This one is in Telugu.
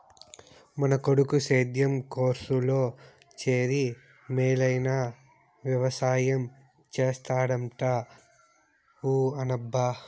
మన కొడుకు సేద్యం కోర్సులో చేరి మేలైన వెవసాయం చేస్తాడంట ఊ అనబ్బా